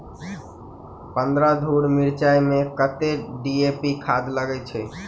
पन्द्रह धूर मिर्चाई मे कत्ते डी.ए.पी खाद लगय छै?